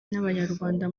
n’abanyarwanda